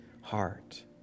heart